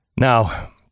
Now